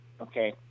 Okay